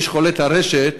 יש חולי טרשת